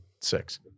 six